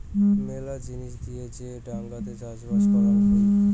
মেলা জিনিস দিয়ে যে ডাঙাতে চাষবাস করাং হই